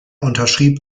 unterschrieb